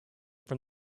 from